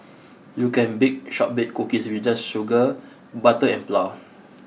you can bake shortbread cookies with just sugar butter and flour